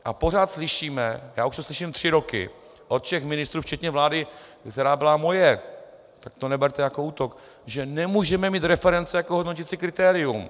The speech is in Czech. A pořád slyšíme, a já už to slyším tři roky od všech ministrů včetně vlády, která byla moje, to neberte jako útok, že nemůžeme mít reference jako hodnoticí kritérium.